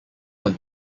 were